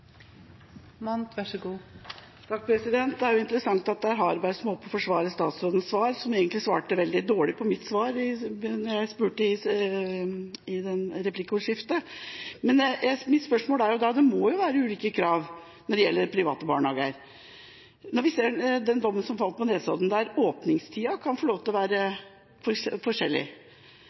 Harberg som er oppe og forsvarer statsråden, som egentlig svarte veldig dårlig på det jeg spurte om i replikkordskiftet. Mitt spørsmål dreier seg om at det må være ulike krav når det gjelder private barnehager. Vi kan se på den dommen som falt på Nesodden, der åpningstida kan få lov til å være forskjellig.